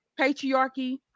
patriarchy